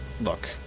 look